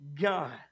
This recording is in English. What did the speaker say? God